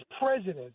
president